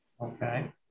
Okay